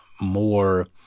more